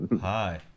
Hi